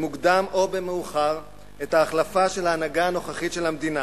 במוקדם או במאוחר את ההחלפה של ההנהגה הנוכחית של המדינה